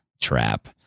trap